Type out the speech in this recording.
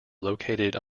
located